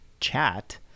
chat